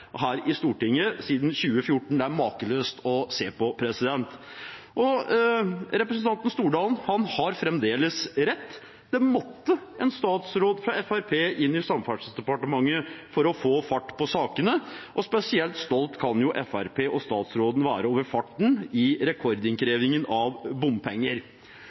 her i Stortinget siden 2014. Det er makeløst å se på. Representanten Stordalen har fremdeles rett: Det måtte en statsråd fra Fremskrittspartiet inn i Samferdselsdepartementet for å få fart på sakene, og spesielt stolt kan Fremskrittspartiet og statsråden være over farten i rekordinnkrevingen av bompenger.